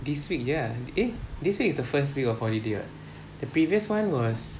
this week ya eh this one is the first week of holiday [what] the previous one was